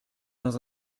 dans